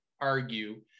argue